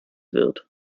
wird